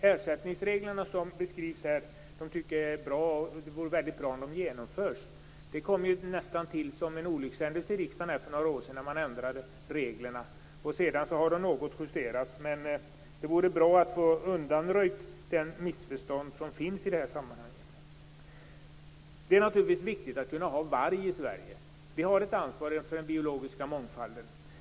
Ersättningsreglerna som beskrivs här är bra. Det vore verkligen bra om de införs. Det var nästan en olyckshändelse när reglerna ändrades för några år sedan vid ett beslut i riksdagen. Sedan har de justerats något. Det vore bra att få de missförstånd som finns i sammanhanget undanröjda. Det är naturligtvis viktigt att kunna ha varg i Sverige. Vi har ett ansvar för den biologiska mångfalden.